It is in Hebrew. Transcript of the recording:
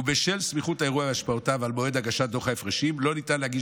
ובשל סמיכות האירוע והשפעותיו על מועד הגשת דוח ההפרשים לא ניתן להגיש